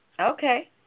Okay